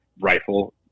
rifle